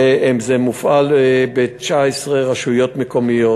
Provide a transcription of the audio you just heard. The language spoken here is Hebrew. וזה מופעל ב-19 רשויות מקומיות.